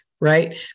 right